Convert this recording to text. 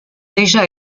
déjà